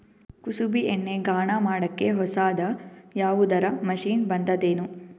ಕುಸುಬಿ ಎಣ್ಣೆ ಗಾಣಾ ಮಾಡಕ್ಕೆ ಹೊಸಾದ ಯಾವುದರ ಮಷಿನ್ ಬಂದದೆನು?